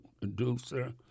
producer